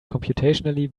computationally